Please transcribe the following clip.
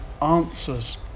answers